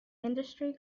industry